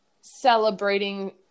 celebrating